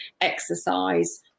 exercise